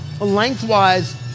Lengthwise